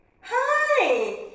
Hi